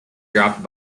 dropped